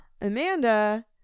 Amanda